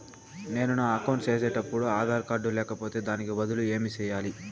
నేను నా అకౌంట్ సేసేటప్పుడు ఆధార్ కార్డు లేకపోతే దానికి బదులు ఏమి సెయ్యాలి?